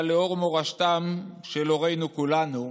אבל לאור מורשתם של הורינו כולנו,